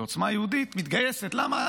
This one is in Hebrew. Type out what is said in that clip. ועוצמה יהודית מתגייסת, למה?